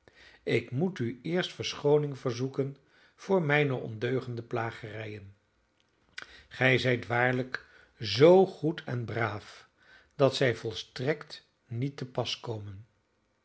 ik moet u eerst verschooning verzoeken voor mijne ondeugende plagerijen gij zijt waarlijk zoo goed en braaf dat zij volstrekt niet te pas komen